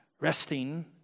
resting